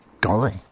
Golly